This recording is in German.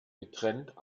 getrennt